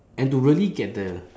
and to really get the